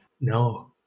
No